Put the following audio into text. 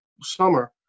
summer